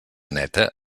neta